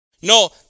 No